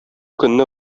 көнне